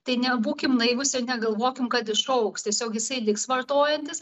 tai nebūkim naivūs ir negalvokim kad išaugs tiesiog jisai liks vartojantis